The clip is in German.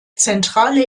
zentrale